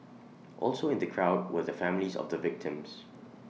also in the crowd were the families of the victims